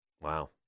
Wow